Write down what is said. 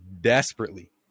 desperately